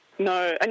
No